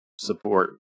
support